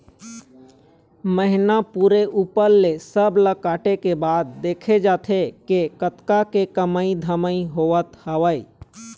महिना पूरे ऊपर ले सब ला काटे के बाद देखे जाथे के कतका के कमई धमई होवत हवय